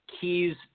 keys